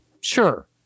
Sure